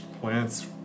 plants